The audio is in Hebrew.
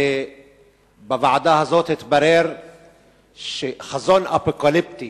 ובוועדה הזאת התברר חזון אפוקליפטי